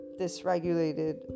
dysregulated